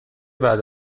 بعد